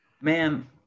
Man